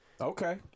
Okay